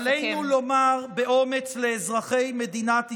עלינו לומר באומץ לאזרחי מדינת ישראל: